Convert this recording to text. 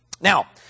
Now